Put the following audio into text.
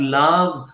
love